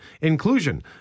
inclusion